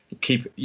keep